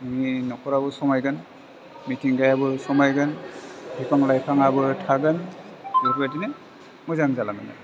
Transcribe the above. नोंनि नखराबो समायगोन मिथिंगायाबो समायगोन बिफां लाइफाङाबो थागोन बेफोरबाइदिनो मोजां जालांगोन